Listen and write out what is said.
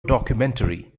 documentary